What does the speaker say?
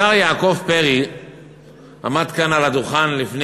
השר יעקב פרי עמד כאן על הדוכן לפני